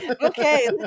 Okay